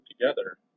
together